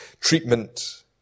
treatment